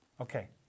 Okay